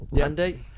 Andy